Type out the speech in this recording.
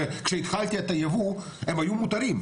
שכשהתחלתי את הייבוא הם היו מותרים?